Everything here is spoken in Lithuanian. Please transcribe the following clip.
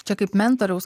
čia kaip mentoriaus